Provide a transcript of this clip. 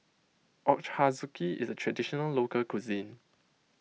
Ochazuke is a Traditional Local Cuisine